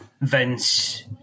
Vince